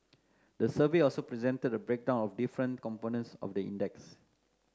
the survey also presented a breakdown of different components of the index